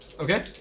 Okay